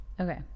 Okay